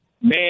man